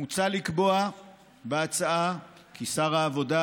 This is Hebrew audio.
מוצע בהצעה לקבוע כי שר העבודה,